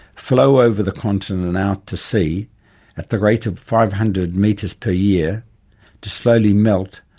flow over the continent and out to sea at the rate of five hundred metres per year to slowly melt,